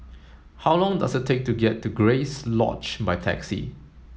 how long does it take to get to Grace Lodge by taxi